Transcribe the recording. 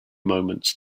moments